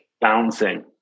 bouncing